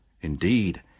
Indeed